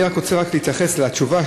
אני רוצה להתייחס לתשובה,